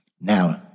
Now